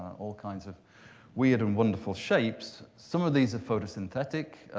all kinds of weird and wonderful shapes. some of these are photosynthetic.